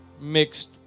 mixed